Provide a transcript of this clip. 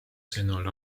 sõnul